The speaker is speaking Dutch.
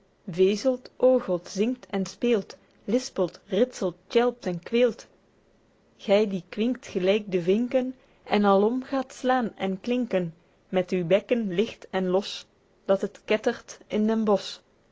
vezelt orgelt zingt en speelt lispelt ritselt tjelpt en kweelt gy die kwinkt gelyk de vinken en alom gaet slaen en klinken met uw bekken ligt en los dat het kettert in den bosch